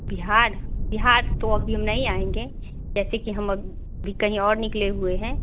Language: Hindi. बिहार बिहार तो अभी हम नहीं आएँगे जैसे कि हम कहीं और निकले हुए हैं